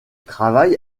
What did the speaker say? travaille